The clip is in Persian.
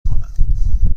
کنم